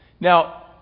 Now